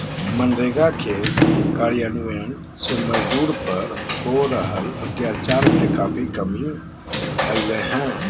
मनरेगा के कार्यान्वन से मजदूर पर हो रहल अत्याचार में काफी कमी अईले हें